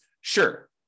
Sure